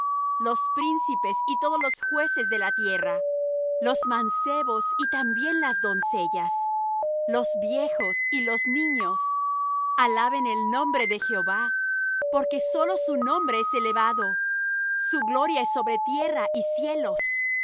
los príncipes y todos los jueces de la tierra los mancebos y también las doncellas los viejos y los niños alaben el nombre de jehová porque sólo su nombre es elevado su gloria es sobre tierra y cielos